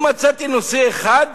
לא מצאתי נושא אחד